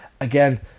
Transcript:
again